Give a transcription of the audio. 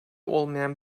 olmayan